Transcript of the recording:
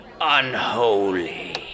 unholy